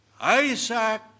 Isaac